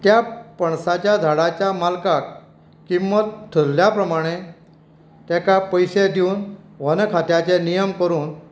त्या पणसाच्या झाडाच्या मालकाक किंमत ठरल्या प्रमाणे ताका पयशे दिवन वनखात्याचे नियम करून